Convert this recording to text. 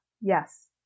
yes